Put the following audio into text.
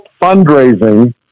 fundraising